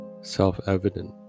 self-evident